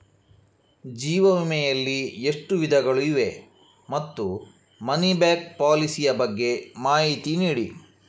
ಜೀವ ವಿಮೆ ಯಲ್ಲಿ ಎಷ್ಟು ವಿಧಗಳು ಇವೆ ಮತ್ತು ಮನಿ ಬ್ಯಾಕ್ ಪಾಲಿಸಿ ಯ ಬಗ್ಗೆ ಮಾಹಿತಿ ನೀಡಿ?